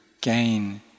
gain